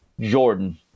Jordan